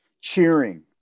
cheering